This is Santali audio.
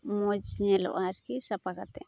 ᱢᱚᱡᱽ ᱧᱮᱞᱚᱜᱼᱟ ᱟᱨᱠᱤ ᱥᱟᱯᱟ ᱠᱟᱛᱮ